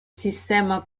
sistema